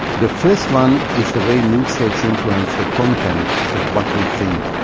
the first one is the way mood states influence the content of what we think,